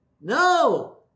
No